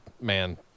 man